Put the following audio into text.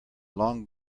long